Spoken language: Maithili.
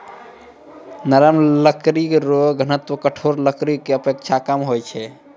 नरम लकड़ी रो घनत्व कठोर लकड़ी रो अपेक्षा कम होय छै